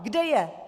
Kde je?